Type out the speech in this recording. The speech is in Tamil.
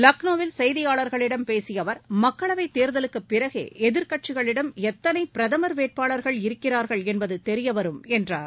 லக்னோவில் செய்தியாளர்களிடம் பேசிய அவர் மக்களவைத் தேர்தலுக்குப்பிறகே எதிர்க்கட்சிகளிடம் எத்தனை பிரதமர் வேட்பாளர்கள் இருக்கிறார்கள் என்பது தெரியவரும் என்றார்